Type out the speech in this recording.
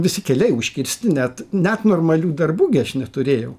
visi keliai užkirsti net net normalių darbų gi aš neturėjau